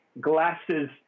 glasses